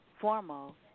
formal